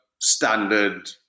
standard